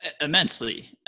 Immensely